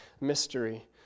mystery